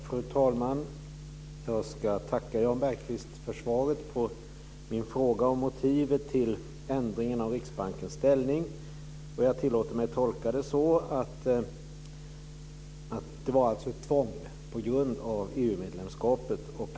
Fru talman! Jag ska tacka Jan Bergqvist för svaret på min fråga om motivet till ändringen av Riksbankens ställning. Jag tillåter mig att tolka det så att det var ett tvång på grund av EU-medlemskapet.